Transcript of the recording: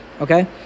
Okay